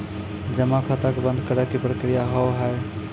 जमा खाता के बंद करे के की प्रक्रिया हाव हाय?